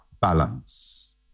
balance